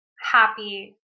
happy